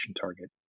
target